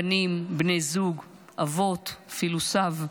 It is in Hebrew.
בנים, בני זוג, אבות, אפילו סב,